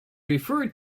referred